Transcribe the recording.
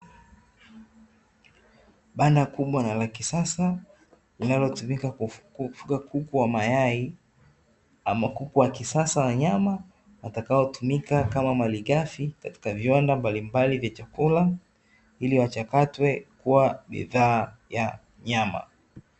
Banda kubwa na la kisasa linalotumika kufuga kuku wa mayai ama kuku wa kisasa wa nyama, watakaotumika kama malighafi katika viwanda mbalimbali vya chakula, ili wachakatwe kuwa bidhaa ya nyama.